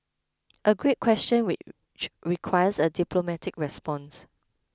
a great question which requires a diplomatic response